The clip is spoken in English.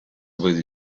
with